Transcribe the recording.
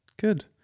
Good